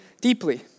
deeply